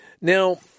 Now